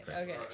Okay